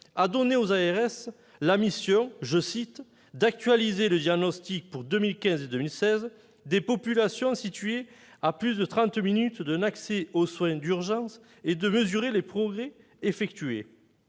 a donné aux ARS la mission d'« actualiser le diagnostic pour 2015 et 2016 des populations situées à plus de trente minutes d'un accès aux soins urgents et de mesurer les progrès effectués.